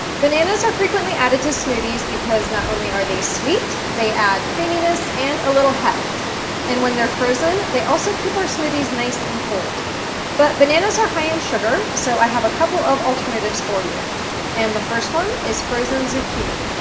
bananas are frequently added to smoothies because not only are they sweet, they add creaminess and a little heft and when they're frozen they also keep our smoothies nice and cold but bananas are high in sugar so i have a couple of alternatives for you and the first one is frozen zucchini.